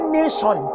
nation